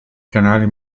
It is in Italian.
canali